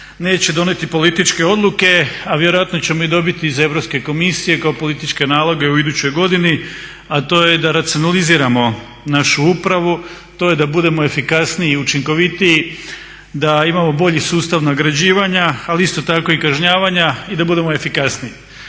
neće donijeti političke odluke, a vjerojatno ćemo dobiti iz Europske komisije kao političke naloge u idućoj godini, a to je da racionaliziramo našu upravu, to je da budemo efikasniji i učinkovitiji, da imamo bolji sustav nagrađivanja ali isto tako i kažnjavanja i da budemo efikasniji.